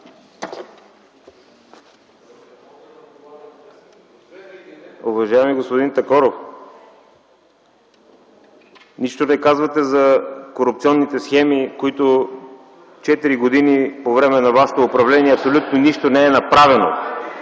Уважаеми господин Такоров, нищо не казвате за корупционните схеми, по които четири години по време на вашето управление абсолютно нищо не е направено.